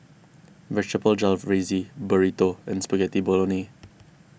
Vegetable Jalfrezi Burrito and Spaghetti Bolognese